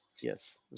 Yes